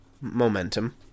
momentum